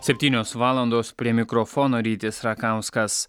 septynios valandos prie mikrofono rytis rakauskas